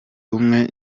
umwe